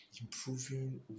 improving